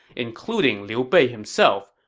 including liu bei himself,